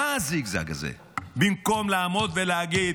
מה הזיגזג הזה במקום לעמוד ולהגיד: